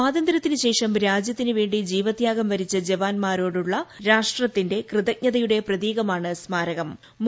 സ്വാതന്ത്ര്യത്തിനുശേഷം രാജൃത്തിനു വേണ്ടി ജീവത്യാഗം വരിച്ച ജവാൻമാരോട്ടുള്ളൂ രാഷ്ട്രത്തിന്റെ കൃതജ്ഞതയുടെ പ്രതീകമാണ് സ്മാര്ക്കു്